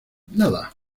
nada